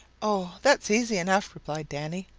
oh, that's easy enough, replied danny.